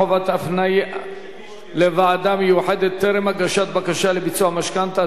חובת הפניה לוועדה מיוחדת טרם הגשת בקשה לביצוע משכנתה),